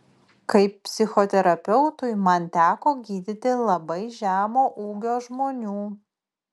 kaip psichoterapeutui man teko gydyti labai žemo ūgio žmonių